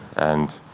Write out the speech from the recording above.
and